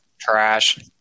Trash